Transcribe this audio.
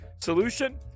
Solution